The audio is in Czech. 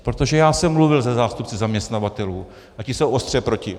Protože já jsem mluvil se zástupci zaměstnavatelů a ti jsou ostře proti.